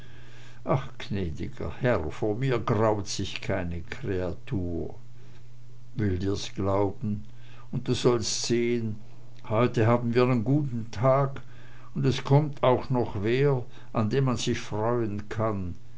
ach gnäd'ger herr vor mir grault sich keine kreatur will dir's glauben und du sollst sehn heute haben wir nen guten tag und es kommt auch noch wer an dem man sich freuen kann